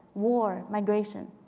war, migration,